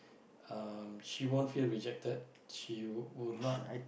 um she won't feel rejected she will not